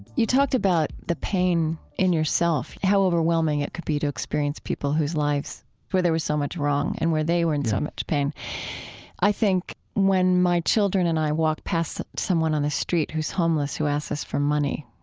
you talked about the pain in yourself, how overwhelming it could be to experience people whose lives where there was so much wrong and where they were in so much pain yeah i think when my children and i walk past someone on the street who's homeless who asks us for money,